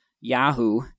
Yahoo